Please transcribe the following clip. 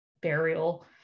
burial